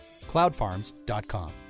cloudfarms.com